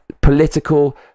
political